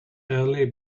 early